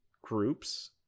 groups